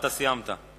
אתה סיימת.